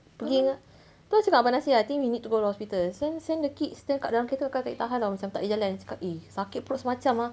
pergi dengan lepas tu cakap dengan abang nasir I think we need to go to hospital send send the kids dekat dalam kereta kakak tak boleh tahan [tau] macam tak boleh jalan cakap eh sakit perut semacam lah